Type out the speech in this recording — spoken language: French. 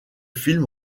film